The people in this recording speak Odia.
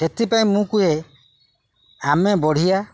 ସେଥିପାଇଁ ମୁଁ କୁହେ ଆମେ ବଢ଼ିଆ